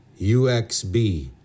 UXB